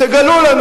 תגלו לנו.